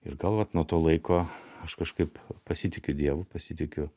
ir gal vat nuo to laiko aš kažkaip pasitikiu dievu pasitikiu